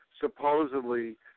supposedly